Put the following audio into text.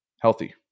healthy